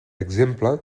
exemple